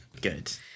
Good